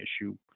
issue